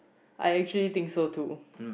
I actually think so too